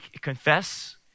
confess